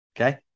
Okay